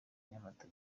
nyamata